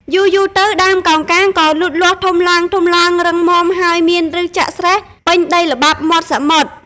យូរៗទៅ ដើមកោងកាងក៏លូតលាស់ធំឡើងៗ រឹងមាំ ហើយមានប្ញសចាក់ស្រេះពេញដីល្បាប់មាត់សមុទ្រ។